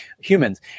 humans